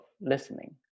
listening